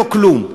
לא כלום,